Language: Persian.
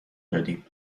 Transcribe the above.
دادیم